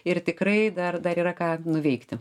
ir tikrai dar dar yra ką nuveikti